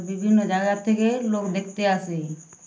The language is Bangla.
বিভিন্ন জায়গা থেকে লোক দেখতে আসে